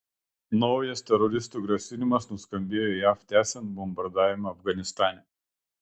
naujas teroristų grasinimas nuskambėjo jav tęsiant bombardavimą afganistane